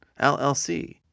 LLC